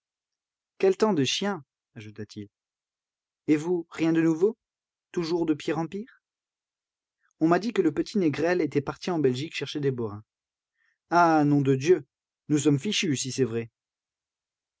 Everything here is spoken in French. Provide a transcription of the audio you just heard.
quel chien de temps ajouta-t-il et vous rien de nouveau toujours de pire en pire on m'a dit que le petit négrel était parti en belgique chercher des borains ah nom de dieu nous sommes fichus si c'est vrai